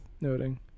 noting